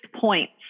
points